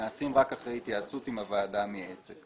נעשים רק אחרי התייעצות עם הוועדה המייעצת.